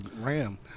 Ram